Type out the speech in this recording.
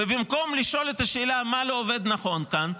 ובמקום לשאול את השאלה מה לא עובד נכון כאן,